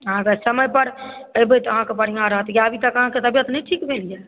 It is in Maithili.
अहाँकेँ समय पर एबै तऽ बढ़िऑं रहत अभी तक अहाँकेँ तबियत नहि ठीक भेल यऽ